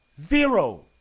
Zero